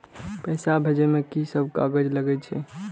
पैसा भेजे में की सब कागज लगे छै?